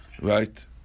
right